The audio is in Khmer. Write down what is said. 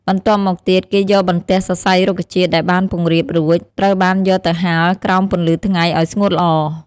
បន្ទាប់មកទៀតគេយកបន្ទះសរសៃរុក្ខជាតិដែលបានពង្រាបរួច ត្រូវបានយកទៅហាលក្រោមពន្លឺថ្ងៃឱ្យស្ងួតល្អ។